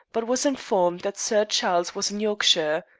but was informed that sir charles was in yorkshire.